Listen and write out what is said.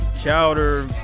chowder